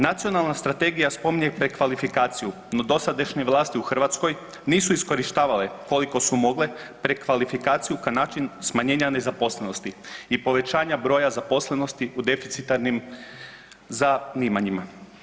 Nacionalna strategija spominje prekvalifikaciju no dosadašnje vlasti u Hrvatskoj nisu iskorištavale koliko su mogle prekvalifikaciju kao način smanjenja nezaposlenosti i povećanja broja zaposlenosti u deficitarnim zanimanjima.